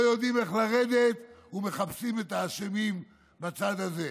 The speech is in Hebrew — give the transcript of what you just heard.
יודעים איך לרדת ומחפשים את האשמים בצד הזה.